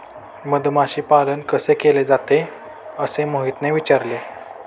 मधमाशी पालन कसे केले जाते? असे मोहितने विचारले